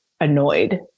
annoyed